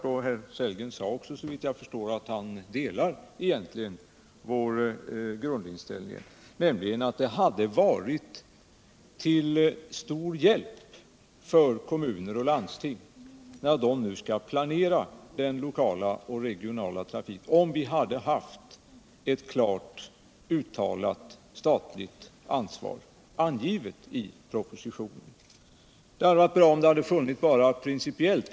Herr Sellgren sade också att han egentligen delar vår grundinställning. Det hade varit till stor hjälp för kommuner och landsting när dessa nu skall planera den lokala och regionala trafiken, om vi hade haft ett klart uttalat statligt ansvar givet i propositionen, om det så bara hade varit principiellt.